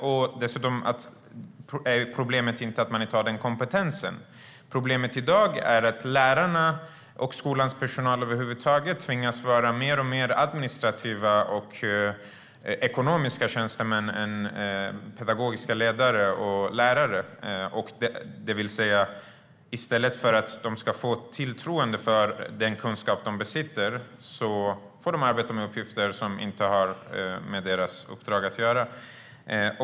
Problemet är inte heller att lärarna inte har den kompetensen. Problemet i dag är i stället att lärarna och skolans personal över huvud taget tvingas vara mer och mer administrativa och ekonomiska tjänstemän snarare än pedagogiska ledare och lärare. I stället för att få förtroendet att arbeta med den kunskap de besitter får de alltså arbeta med uppgifter som inte har med deras uppdrag att göra.